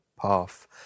path